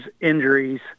injuries